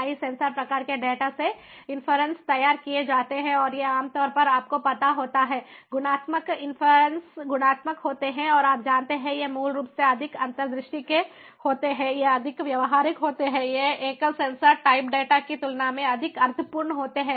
कई सेंसर प्रकार के डेटा से इन्फरन्स तैयार किए जाते हैं और ये आम तौर पर आपको पता होते हैं गुणात्मक इन्फरन्स गुणात्मक होते हैं और आप जानते हैं ये मूल रूप से अधिक अंतर्दृष्टि के होते हैं ये अधिक व्यावहारिक होते हैं ये एकल सेंसर टाइप डेटा की तुलना में अधिक अर्थ पूर्ण होते हैं